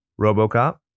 Robocop